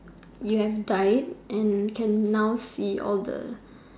you have died and can now see all the